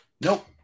Nope